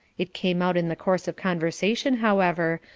it came out in the course of conversation, however,